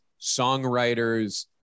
songwriters